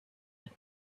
but